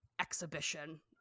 exhibition